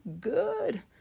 good